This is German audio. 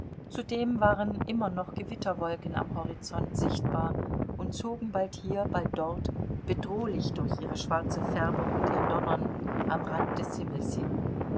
zudem waren immer noch gewitterwolken am horizont sichtbar und zogen bald hier bald dort bedrohlich durch ihre schwarze färbung und ihr donnern am rand des himmels hin